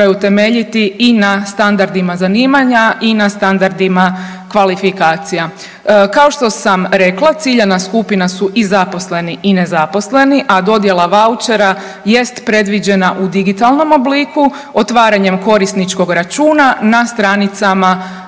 moraju temeljiti i na standardima zanimanja i na standardima kvalifikacija. Kao što sam rekla ciljana skupina su i zaposleni i nezaposleni, a dodjela vouchera jest predviđena u digitalnom obliku otvaranjem korisničkog računa na stranicama